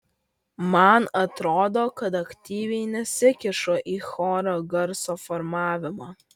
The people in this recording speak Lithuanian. man atrodo kad aktyviai nesikišu į choro garso formavimą